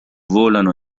volano